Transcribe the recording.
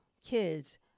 kids